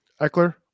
Eckler